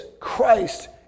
Christ